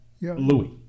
Louis